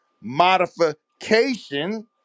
modification